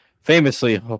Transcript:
famously